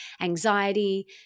anxiety